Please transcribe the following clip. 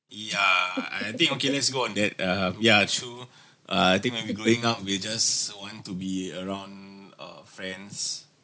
yeah I I think okay let's go on that um ya true uh I think when we growing up we just want to be around uh friends